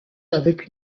avec